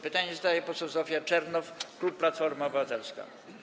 Pytanie zadaje poseł Zofia Czernow, klub Platforma Obywatelska.